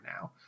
now